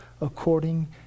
according